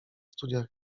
studia